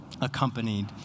accompanied